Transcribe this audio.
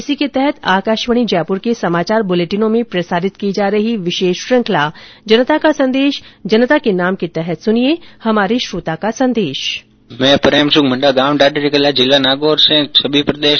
इसी के तहत आकाशवाणी जयपुर के समाचार बुलेटिनों में प्रसारित की जा रही विशेष श्रुखंला जनता का संदेश जनता के नाम के तहत सुनिये हमारे श्रोता का संदेश